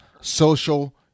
social